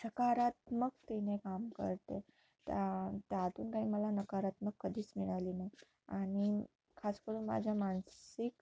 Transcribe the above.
सकारात्मकतेने काम करते त्या त्यातून काही मला नकारात्मक कधीच मिळाली ना आणि खास करून माझ्या मानसिक